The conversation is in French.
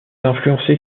influencée